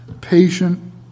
Patient